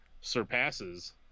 surpasses